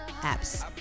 apps